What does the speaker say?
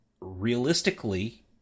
realistically